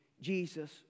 Jesus